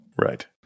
Right